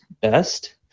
best